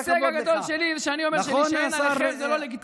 ההישג הגדול שלי זה שאני אומר שלהישען עליכם זה לא לגיטימי.